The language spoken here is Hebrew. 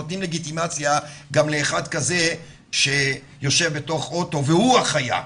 נותנים לגיטימציה גם לאחד כזה שיושב בתוך אוטו והוא החיה,